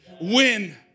win